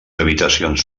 habitacions